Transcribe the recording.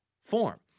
form